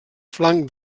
flanc